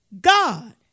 God